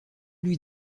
lui